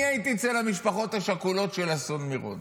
אני הייתי אצל המשפחות השכולות של אסון מירון,